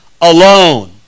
alone